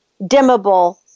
dimmable